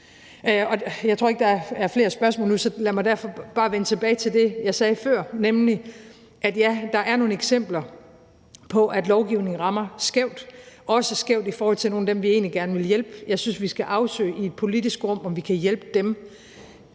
Jeg tror ikke, at der er flere spørgsmål nu, så lad mig derfor bare vende tilbage til det, jeg sagde før, nemlig at ja, der er nogle eksempler på, at lovgivningen rammer skævt, også skævt i forhold til nogle af dem, vi egentlig gerne vil hjælpe. Jeg synes, at vi skal afsøge i et politisk rum, om vi kan hjælpe dem.